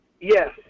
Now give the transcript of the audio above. Yes